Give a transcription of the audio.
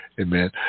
Amen